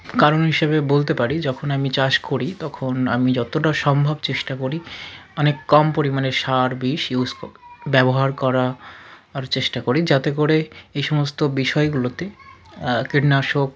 কারণ হিসেবে বলতে পারি যখন আমি চাষ করি তখন আমি যতটা সম্ভব চেষ্টা করি অনেক কম পরিমাণে সার বিষ ইউজ ব্যবহার করার চেষ্টা করি যাতে করে এই সমস্ত বিষয়গুলোতে কীটনাশক